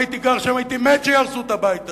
אם הייתי גר שם הייתי מת שיהרסו את הבית הזה.